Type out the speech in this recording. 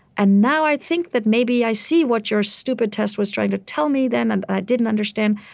and now i think that maybe i see what your stupid test was trying to tell me then. and i didn't understand.